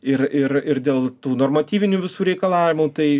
ir ir ir dėl tų normatyvinių visų reikalavimų tai